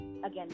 Again